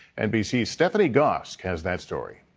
nbc's stephanie gosk has that story.